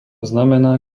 znamená